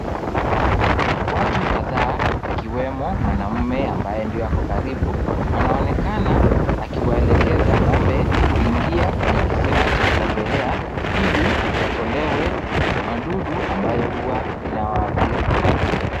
Watu kadhaa ikiwemo mwanaume ambaye ndio ako karibu anaonekana akiwaelekeza ng'ombe kuingia kwenye kisima cha kuogelea ili watolewe madudu ambayo huwa inawaathiri.